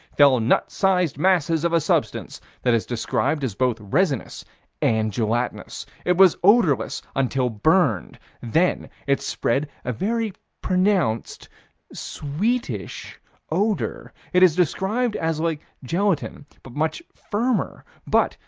fell nut-sized masses of a substance that is described as both resinous and gelatinous. it was odorless until burned then it spread a very pronounced sweetish odor. it is described as like gelatine, but much firmer but,